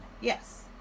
Yes